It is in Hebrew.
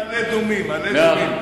מה עם מעלה-אדומים?